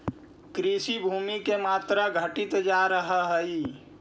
कृषिभूमि के मात्रा घटित जा रहऽ हई